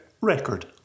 Record